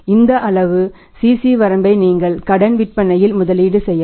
இந்த அளவு CC வரம்பை நீங்கள் கடன் விற்பனையில் முதலீடு செய்யலாம்